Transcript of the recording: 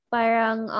parang